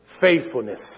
faithfulness